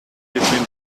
between